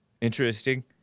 Interesting